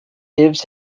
gives